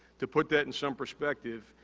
to put that in some perspective,